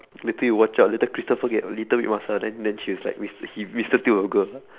later you watch out later christopher get little bit muscle then then she's like mister he~ mister steal your girl